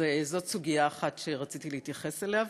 זאת סוגיה אחת שרציתי להתייחס אליה.